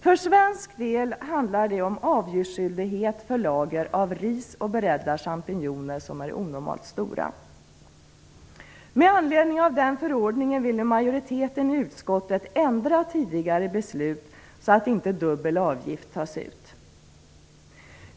För svensk del handlar det om avgiftsskyldighet för lager av ris och beredda champinjoner som är onormalt stora. Med anledning av den förordningen vill nu majoriteten i utskottet ändra tidigare beslut, så att inte dubbel avgift tas ut.